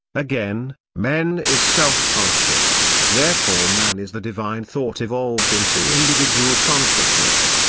again, man is self-conscious therefore man is the divine thought evolved into individual consciousness,